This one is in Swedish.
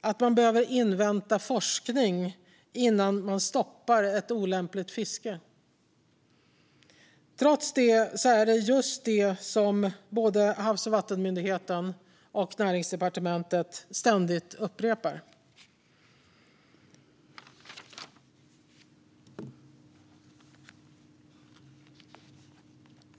att man behöver invänta forskning innan man stoppar olämpligt fiske. Trots det är det just detta som både Havs och vattenmyndigheten och Näringsdepartementet ständigt upprepar.